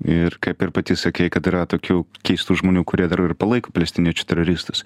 ir kaip ir pati sakei kad yra tokių keistų žmonių kurie dar ir palaiko palestiniečių teroristus